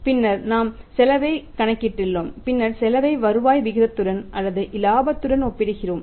பின்னர் நாம் செலவைக் கணக்கிட்டோம் பின்னர் செலவை வருவாய் விகிதத்துடன் அல்லது இலாபத்துடன் ஒப்பிடுகிறோம்